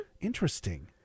Interesting